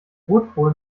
rotkohl